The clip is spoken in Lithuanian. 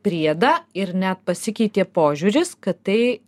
priedą ir net pasikeitė požiūris kad tai